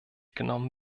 genommen